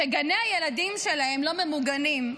שגני הילדים שלהם לא ממוגנים.